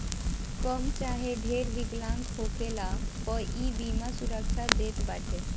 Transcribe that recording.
कम चाहे ढेर विकलांग होखला पअ इ बीमा सुरक्षा देत बाटे